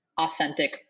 authentic